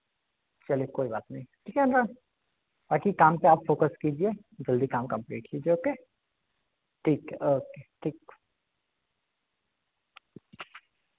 चलिए कोई बात नहीं ठीक है अनुराग बाकी काम पर आप फोकस कीजिए जल्दी काम कंप्लीट कीजिए ओके ठीक है ओके ठीक